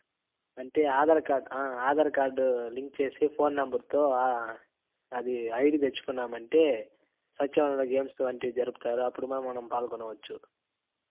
అంటే Aadhaar card Aadhaar card link చేసి phone నెంబర్తో అది ఐడీ తెచ్చుకున్నాం అంటే సచివాలయంలో గేమ్స్ వంటివి జరుపుతారు అప్పుడు మనం పాల్గొనవచ్చు